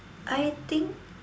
I think